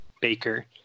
baker